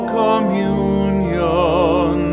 communion